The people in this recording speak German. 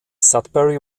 sudbury